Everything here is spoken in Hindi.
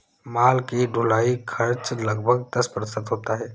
माल की ढुलाई का खर्च लगभग दस प्रतिशत होता है